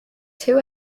two